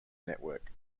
network